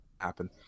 happen